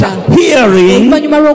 hearing